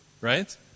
right